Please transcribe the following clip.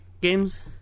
games